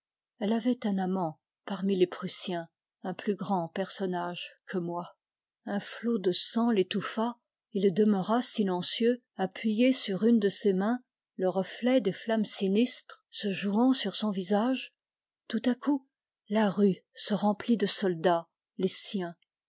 elle avait un amant parmi les prussiens un plus grand personnage que moi un flot de sang l'étouffa il demeura silencieux appuyé sur une de ses mains le reflet des flammes sinistres se jouant sur son visage tout à coup la rue se remplit de soldats les siens